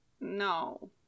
No